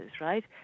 right